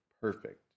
perfect